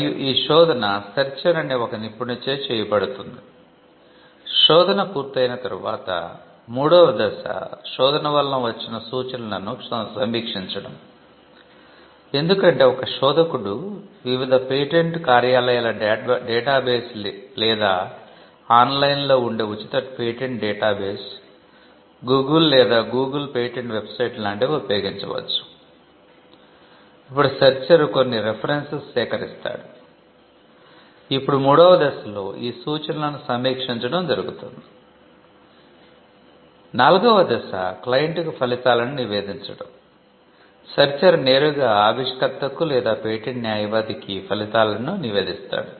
మరియు ఈ శోధన సెర్చర్ నేరుగా ఆవిష్కర్తకు లేదా పేటెంట్ న్యాయవాదికు ఫలితాలను నివేదిస్తాడు